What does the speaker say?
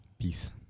peace